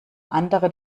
andere